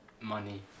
money